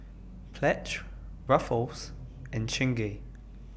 Pledge Ruffles and Chingay